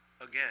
again